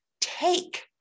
take